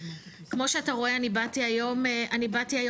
כמו שאתה רואה אני באתי היום סולו,